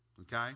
Okay